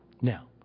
Now